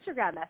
Instagram